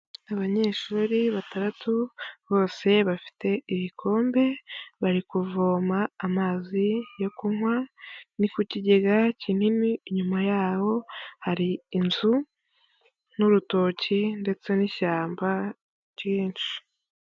Abanyeshuri batandatu bose bafite ibikombe bari kuvoma amazi yo kunywa, ni ku kigega kinini inyuma yaho hari inzu n'urutoki ndetse n'ishyamba ryinshi.